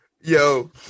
yo